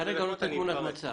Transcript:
כרגע הוא נותן תמונת מצב.